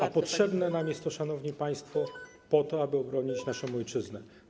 A potrzebne nam jest to, szanowni państwo, po to, aby obronić naszą ojczyznę.